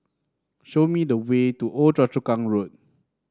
show me the way to Old Choa Chu Kang Road